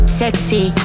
sexy